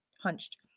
hunched